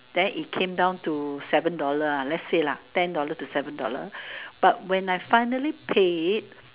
then it came down to seven dollar ah let's say lah ten dollar to seven dollar but when I finally pay